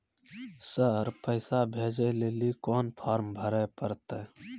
Sir पैसा भेजै लेली कोन फॉर्म भरे परतै?